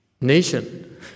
nation